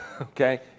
Okay